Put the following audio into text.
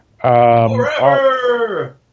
Forever